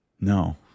No